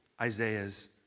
Isaiah's